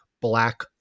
black